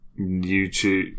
YouTube